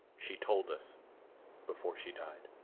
she told us before she died.